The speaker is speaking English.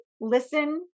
listen